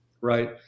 right